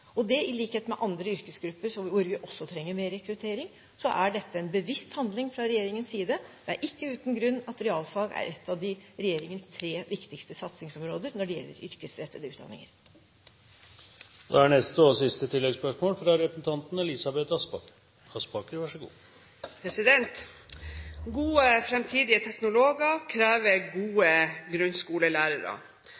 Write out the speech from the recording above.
og dette er – i likhet med andre yrkesgrupper hvor vi også trenger mer rekruttering – en bevisst handling fra regjeringens side. Det er ikke uten grunn at realfag er et av regjeringens tre viktigste satsingsområder når det gjelder yrkesrettede utdanninger. Elisabeth Aspaker – til neste og siste